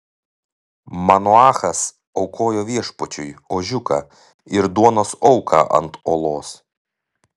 manoachas aukojo viešpačiui ožiuką ir duonos auką ant uolos